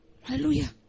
Hallelujah